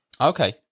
Okay